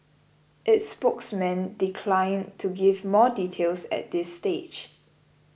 its spokesman declined to give more details at this stage